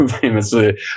famously